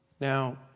Now